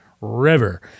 river